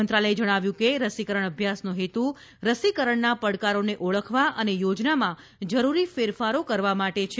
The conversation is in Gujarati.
મંત્રાલયે જણાવ્યું કે રસીકરણ અભ્યાસનો હેતુ રસીકરણના પડકારોને ઓળખવા અને યોજનામાં જરૂરી ફેરફારો કરવા માટે છે